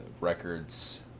records